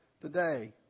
today